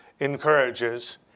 encourages